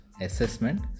assessment